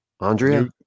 Andrea